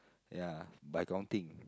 ya by counting